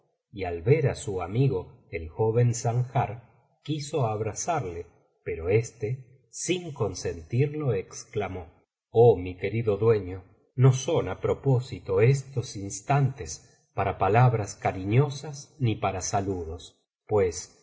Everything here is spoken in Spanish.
y al ver á su amigo el joven sanjar quiso abrazarle pero éste sin consentirlo exclamó oh mi querido dueño no son á propósito estos instantes para palabras cariñosas ni para saludos pues